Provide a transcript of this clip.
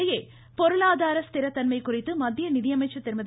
இதனிடையே பொருளாதார ஸ்திர தன்மை குறித்து மத்திய நிதியமைச்சா் திருமதி